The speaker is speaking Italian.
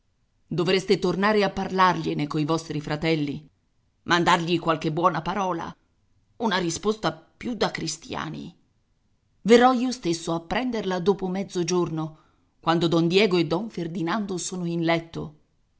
dovreste tornare a parlargliene coi vostri fratelli mandargli qualche buona parola una risposta più da cristiani verrò io stesso a prenderla dopo mezzogiorno quando don diego e don ferdinando sono in letto